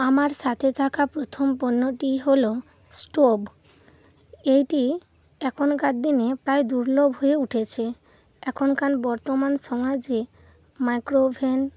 আমার সাথে থাকা প্রথম পণ্যটি হলো স্টোভ এইটি এখনকার দিনে প্রায় দুর্লভ হয়ে উঠেছে এখনকার বর্তমান সমাজে মাইক্রো ওভেন